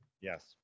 Yes